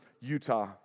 Utah